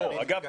אמרתי כמעט.